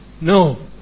No